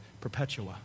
Perpetua